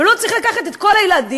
ולא צריך לקחת את כל הילדים,